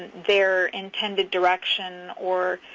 their intended direction or